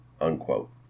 unquote